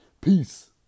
Peace